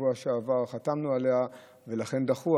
שבשבוע שעבר חתמנו עליה, ולכן דחו.